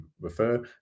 refer